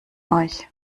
euch